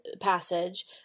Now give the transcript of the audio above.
Passage